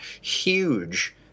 huge